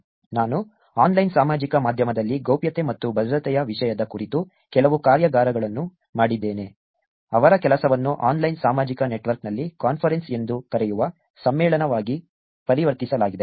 ನಾನು ಆನ್ಲೈನ್ ಸಾಮಾಜಿಕ ಮಾಧ್ಯಮದಲ್ಲಿ ಗೌಪ್ಯತೆ ಮತ್ತು ಭದ್ರತೆಯ ವಿಷಯದ ಕುರಿತು ಕೆಲವು ಕಾರ್ಯಾಗಾರಗಳನ್ನು ಮಾಡಿದ್ದೇನೆ ಅವರ ಕೆಲಸವನ್ನು ಆನ್ಲೈನ್ ಸಾಮಾಜಿಕ ನೆಟ್ವರ್ಕ್ನಲ್ಲಿ ಕಾನ್ಫರೆನ್ಸ್ ಎಂದು ಕರೆಯುವ ಸಮ್ಮೇಳನವಾಗಿ ಪರಿವರ್ತಿಸಲಾಗಿದೆ